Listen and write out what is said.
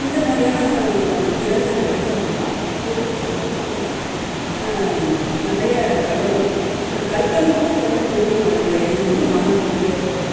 இந்த மாதிரியான திறன்கள் வளர்க்கறது மூலம் ஓவியத்தோடய இது வந்து நிறைய வளரும் கற்பனையான திறன் ஓவியம் வளர்ற எண்ணமும் மாணவர்களுக்கு ஏற்படும்